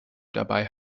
dabei